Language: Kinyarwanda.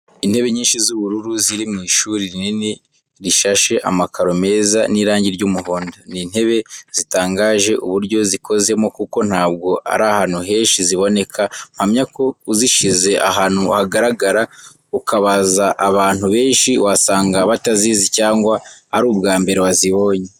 Intebe nyinshi z'ubururu ziri mu ishuri rinini rishashe amakaro meza n'irangi ry'umuhondo. Ni intebe zitangaje uburyo zikozemo kuko ntabwo ari ahantu henshi ziboneka mpamya ko uzishize ahantu hagaragara ukabaza abantu benshi wasanga batazizi cyangwa ari ubwambere bazibonye.